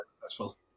successful